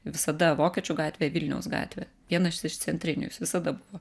visada vokiečių gatvė vilniaus gatvė vienos iš centrinių jos visada buvo